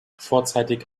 vorzeitig